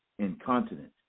incontinent